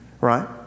Right